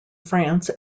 france